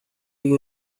you